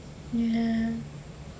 ya